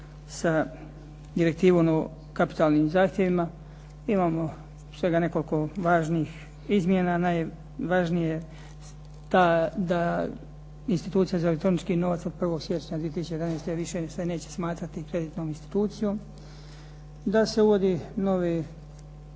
sa direktivom o kapitalnim zahtjevima. Imamo svega nekoliko važnih izmjena, najvažnija je ta da Institucija za elektronički novac od 1. siječnja 2011. više se neće smatrati kreditnom institucijom. DA se uvodi nova